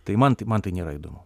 tai man tai man tai nėra įdomu